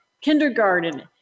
kindergarten